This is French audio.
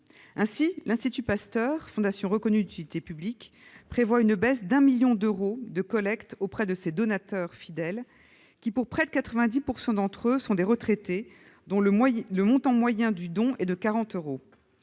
Ainsi, l'Institut Pasteur, fondation reconnue d'utilité publique, prévoit une baisse de 1 million d'euros de collecte auprès de ses donateurs fidèles qui, pour près de 90 % d'entre eux, sont des retraités dont le montant moyen du don est de 40 euros.